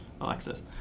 Alexis